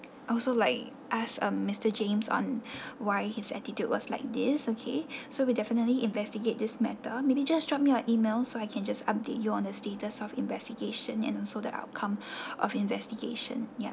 also like ask um mister james on why his attitude was like this okay so we definitely investigate this matter maybe just drop me an email so I can just update you on the status of investigation and also the outcome of investigation yeah